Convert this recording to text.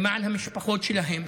למען המשפחות שלהם,